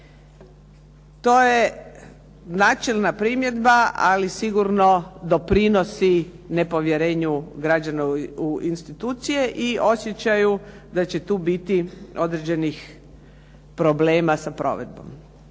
To je načelna primjedba, ali sigurno doprinosi nepovjerenju građana u institucije i osjećaju da će tu biti određenih problema sa provedbom.